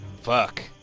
Fuck